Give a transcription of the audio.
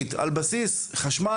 יומיומית על בסיס חשמל,